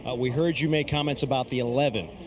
ah we heard you make comments about the eleven.